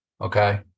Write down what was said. Okay